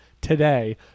today